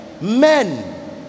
men